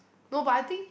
no but I think